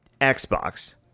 xbox